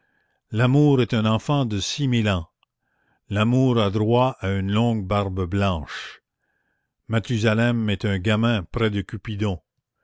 l'amour est un enfant de six mille ans l'amour a droit à une longue barbe blanche mathusalem est un gamin près de cupidon